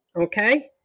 Okay